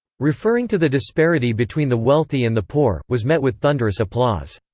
referring to the disparity between the wealthy and the poor, was met with thunderous applause.